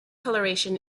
coloration